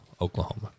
Oklahoma